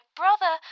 brother